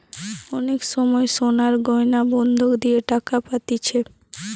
অনেক সময় সোনার গয়না বন্ধক দিয়ে টাকা পাতিছে